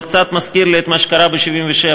זה קצת מזכיר לי את מה שקרה ב-1977,